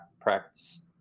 practice